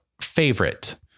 favorite